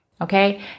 Okay